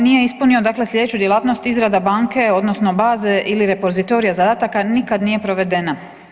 Nije ispunio dakle sljedeću djelatnost, izrada banke odnosno baze ili repozitorija zadataka nikad nije provedena.